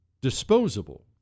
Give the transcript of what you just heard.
disposable